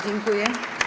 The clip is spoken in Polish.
Dziękuję.